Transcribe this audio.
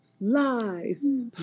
lies